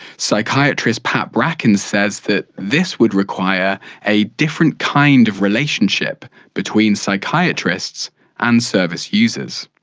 psychiatrist pat bracken says that this would require a different kind of relationship between psychiatrists and service users.